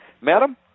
Madam